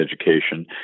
education